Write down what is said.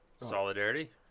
solidarity